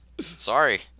Sorry